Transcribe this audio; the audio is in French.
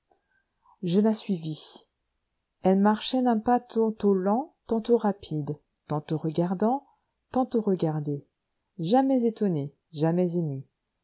je la suivis elle marchait d'un pas tantôt lent tantôt rapide tantôt regardant tantôt regardée jamais étonnée jamais émue